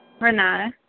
Renata